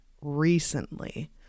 recently